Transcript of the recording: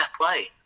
play